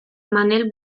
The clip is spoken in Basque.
manel